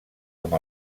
amb